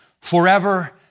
forever